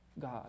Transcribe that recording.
God